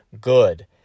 good